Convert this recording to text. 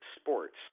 Sports